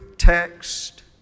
text